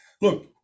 look